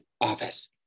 office